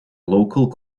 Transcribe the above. local